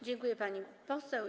Dziękuję, pani poseł.